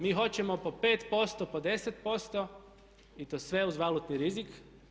Mi hoćemo po 5%, po 10% i to sve uz valutni rizik.